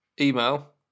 Email